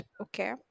okay